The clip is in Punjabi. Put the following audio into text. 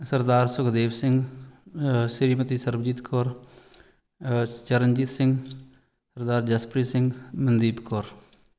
ਸਰਦਾਰ ਸੁਖਦੇਵ ਸਿੰਘ ਸ੍ਰੀਮਤੀ ਸਰਬਜੀਤ ਕੌਰ ਚਰਨਜੀਤ ਸਿੰਘ ਸਰਦਾਰ ਜਸਪ੍ਰੀਤ ਸਿੰਘ ਮਨਦੀਪ ਕੌਰ